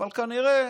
אבל כנראה